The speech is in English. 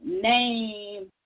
name